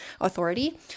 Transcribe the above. authority